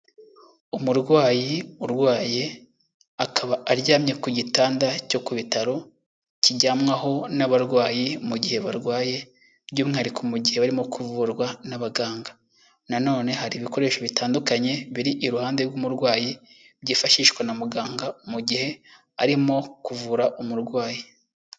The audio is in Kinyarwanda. Umurwayi urwaye akaba aryamye ku gitanda cyo ku bitaro kijyamwaho n'abarwayi mu gihe barwaye by'umwihariko mu gihe barimo kuvurwa n'abaganga. Nanone hari ibikoresho bitandukanye biri iruhande rw'umurwayi byifashishwa na muganga mu gihe arimo kuvura umurwayi.